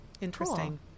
Interesting